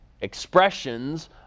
expressions